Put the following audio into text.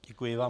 Děkuji vám.